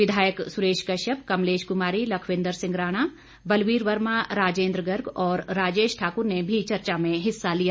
विधायक सुरेश कश्यप कमलेश कुमारी लखविंद्र सिंह राणा बलवीर वर्मा राजेंद्र गर्ग और राजेश ठाकुर ने भी चर्चा में हिस्सा लिया